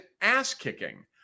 ass-kicking